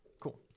Cool